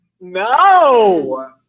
No